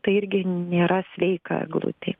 tai irgi nėra sveika eglutei